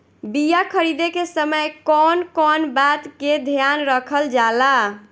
बीया खरीदे के समय कौन कौन बात के ध्यान रखल जाला?